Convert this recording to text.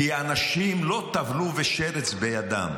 כי האנשים לא טבלו ושרץ בידם.